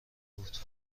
بود